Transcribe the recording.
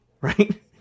right